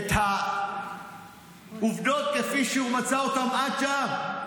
את העובדות כפי שהוא מצא אותן עד שם.